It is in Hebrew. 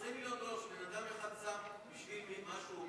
20 מיליון דולר שבן-אדם אחד שם בשביל משהו,